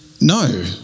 No